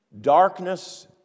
darkness